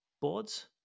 boards